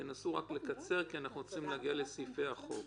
תנסו לקצר כי אנחנו רוצים להגיע לסעיפי החוק.